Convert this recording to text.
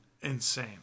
insane